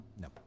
No